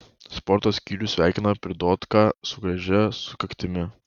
sporto skyrius sveikina pridotką su gražia sukaktimi